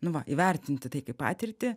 nu va įvertinti tai kaip patirtį